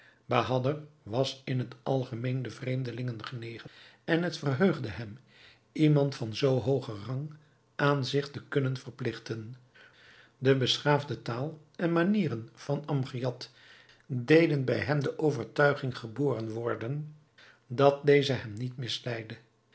bahader was in het algemeen den vreemdelingen genegen en het verheugde hem iemand van zoo hoogen rang aan zich te kunnen verpligten de beschaafde taal en manieren van amgiad deden bij hem de overtuiging geboren worden dat deze hem niet